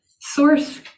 source